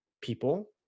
people